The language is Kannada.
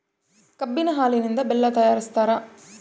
ಕಬ್ಬಿನ ಹಾಲಿನಿಂದ ಬೆಲ್ಲ ತಯಾರಿಸ್ತಾರ